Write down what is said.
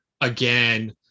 again